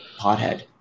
pothead